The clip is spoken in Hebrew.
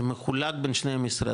זה מחולק בין שני המשרדים,